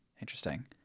interesting